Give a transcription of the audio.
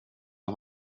hur